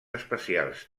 especials